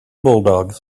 bulldogs